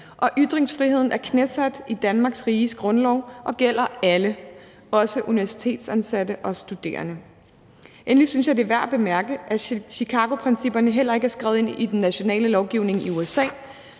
og ytringsfriheden er knæsat i Danmarks Riges Grundlov og gælder alle, også universitetsansatte og studerende. Endelig synes jeg, det er værd at bemærke, at Chicagoprincipperne heller ikke er skrevet ind i den nationale lovgivning i USA,